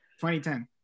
2010